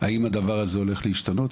האם הדבר הזה הולך להשתנות,